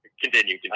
continue